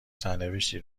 سرنوشتی